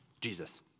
Jesus